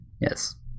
Yes